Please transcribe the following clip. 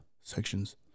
sections